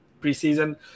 preseason